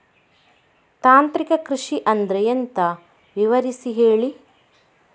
ತಾಂತ್ರಿಕ ಕೃಷಿ ಅಂದ್ರೆ ಎಂತ ವಿವರಿಸಿ ಹೇಳಿ